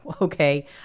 okay